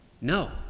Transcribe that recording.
No